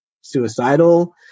suicidal